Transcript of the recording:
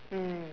mm